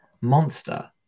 monster